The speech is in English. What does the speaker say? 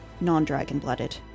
non-dragon-blooded